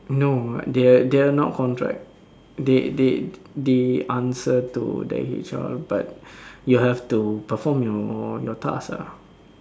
no they are they are not contract they they they answer to the H_R but you have to perform your task lah